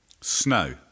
Snow